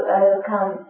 overcome